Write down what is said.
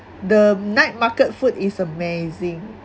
the night market food is amazing